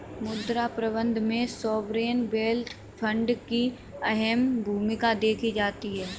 मुद्रा प्रबन्धन में सॉवरेन वेल्थ फंड की अहम भूमिका देखी जाती है